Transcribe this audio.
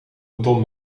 beton